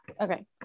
Okay